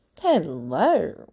Hello